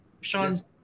Sean's